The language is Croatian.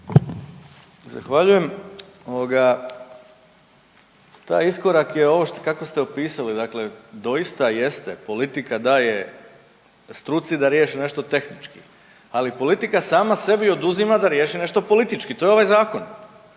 Zahvaljujem. Ovoga, taj iskorak je ovo kako ste opisali, dakle doista jeste politika daje struci da riješi nešto tehnički, ali politika sama sebi oduzima da riješi nešto politički, to je ovaj zakon.